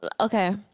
Okay